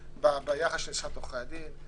ביחס שלי ללשכת עורכי הדין.